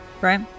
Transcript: right